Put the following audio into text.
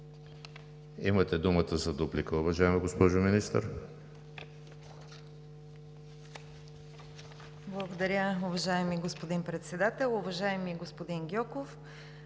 Имате думата за дуплика, уважаема госпожо Министър.